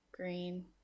Green